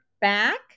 back